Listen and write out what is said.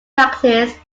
practice